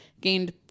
Gained